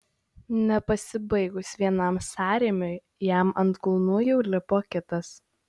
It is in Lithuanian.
nepasibaigus vienam sąrėmiui jam ant kulnų jau lipo kitas